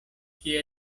kie